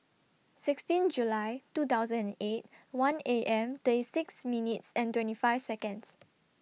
sixteen July two thousand and eight one A M thirty six minutes twenty five Seconds